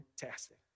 fantastic